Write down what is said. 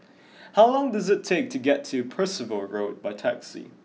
how long does it take to get to Percival Road by taxi